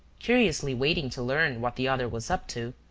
curiously waiting to learn what the other was up to.